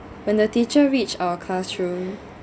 when the teacher reached our classroom